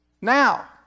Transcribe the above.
now